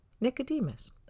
Nicodemus